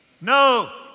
No